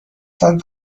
سال